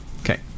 okay